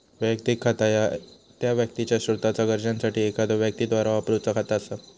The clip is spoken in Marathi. वैयक्तिक खाता ह्या त्या व्यक्तीचा सोताच्यो गरजांसाठी एखाद्यो व्यक्तीद्वारा वापरूचा खाता असा